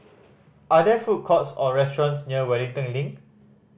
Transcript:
are there food courts or restaurants near Wellington Link